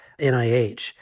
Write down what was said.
NIH